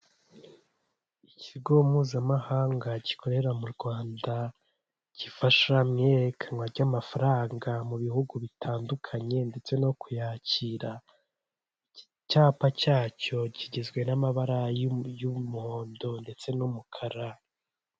Inzu ikodeshwa kacyiru mu mujyi wa kigali ikaba ikodeshwa amafaranga igihumbi na magana atanu by'amadolari hakaba harimo firigo ndetse n'ibindi bikoresho byo mu gikoni .